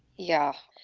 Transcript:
yeah.